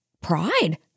pride